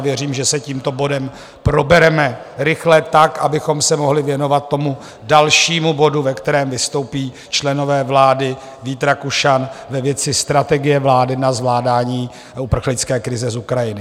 Věřím, že se tímto bodem probereme rychle tak, abychom se mohli věnovat dalšímu bodu, ve kterém vystoupí členové vlády, Vít Rakušan, ve věci strategie vlády na zvládání uprchlické krize z Ukrajiny.